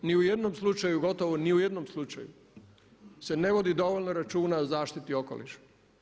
Ni u jednom slučaju, gotovo ni u jednom slučaju se ne vodi dovoljno računa o zaštiti okoliša.